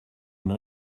une